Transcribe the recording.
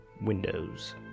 Windows